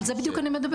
על זה בדיוק אני מדברת.